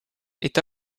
est